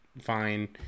fine